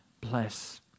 bless